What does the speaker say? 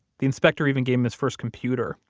the inspector even gave him his first computer,